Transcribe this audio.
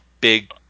big